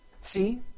See